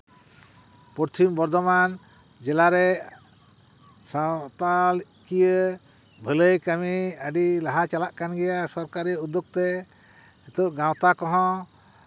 ᱯᱚᱪᱷᱷᱤᱢ ᱵᱚᱨᱫᱷᱚᱢᱟᱱ ᱡᱮᱞᱟᱨᱮ ᱥᱟᱶᱛᱟᱞᱠᱤᱭᱟᱹ ᱵᱷᱟᱹᱞᱟᱹᱭ ᱠᱟᱹᱢᱤ ᱟᱹᱰᱤ ᱞᱟᱦᱟ ᱪᱟᱞᱟᱜ ᱠᱟᱱ ᱜᱮᱭᱟ ᱥᱚᱨᱠᱟᱨᱤ ᱩᱫᱽᱫᱳᱜᱽ ᱛᱮ ᱱᱤᱛᱚᱜ ᱜᱟᱶᱛᱟ ᱠᱚᱦᱚᱸ